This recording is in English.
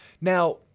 Now